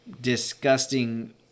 disgusting